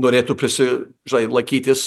norėtų prisi žnai laikytis